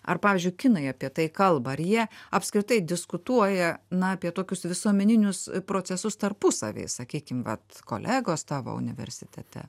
ar pavyzdžiui kinai apie tai kalba ar jie apskritai diskutuoja na apie tokius visuomeninius procesus tarpusavy sakykime kad vat kolegos tavo universitete